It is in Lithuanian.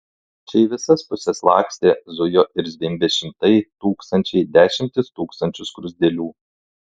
čia į visas puses lakstė zujo ir zvimbė šimtai tūkstančiai dešimtys tūkstančių skruzdėlių